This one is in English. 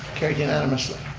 carried unanimously.